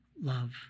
love